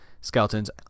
skeletons